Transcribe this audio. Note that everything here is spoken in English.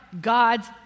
God's